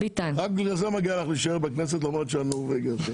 רק בגלל זה מגיע לך להישאר בכנסת למרות שאת נורבגית.